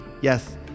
Yes